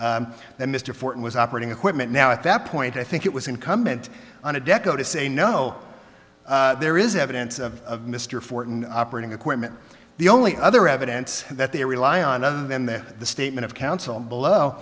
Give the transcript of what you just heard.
that mr ford was operating equipment now at that point i think it was incumbent on adecco to say no there is evidence of mr fortan operating equipment the only other evidence that they rely on other than the statement of counsel below